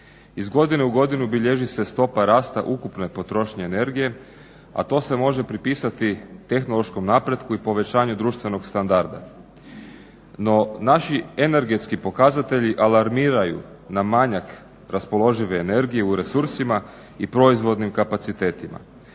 Iz godine u godinu bilježi se stopa rasta ukupne potrošnje energije, a to se može pripisati tehnološkom napretku i povećanju društvenog standarda. No naši energetski pokazatelji alarmiraju na manjak raspoložive energije u resursima i proizvodnim kapacitetima.